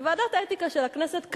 שוועדת האתיקה של הכנסת,